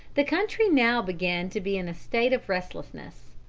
the country now began to be in a state of restlessness.